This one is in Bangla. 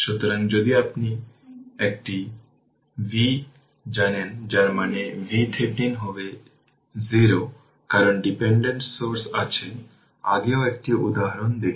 সুতরাং এই এক্সপ্রেশন এই পুরো জিনিসটি ইকুয়েশন 31 এই আকারে লেখা যেতে পারে